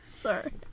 Sorry